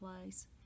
place